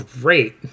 great